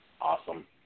Awesome